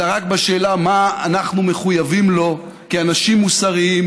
אלא רק בשאלה מה אנחנו מחויבים לו כאנשים מוסריים,